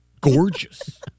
Gorgeous